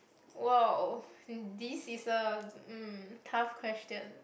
!wow! this is a mm tough question